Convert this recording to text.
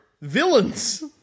Villains